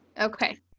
Okay